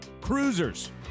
cruisers